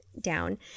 down